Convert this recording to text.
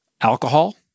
alcohol